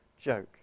joke